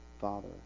Father